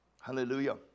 hallelujah